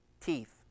teeth